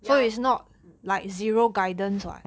ya mm